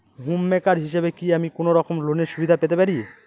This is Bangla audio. হোম মেকার হিসেবে কি আমি কোনো রকম লোনের সুবিধা পেতে পারি?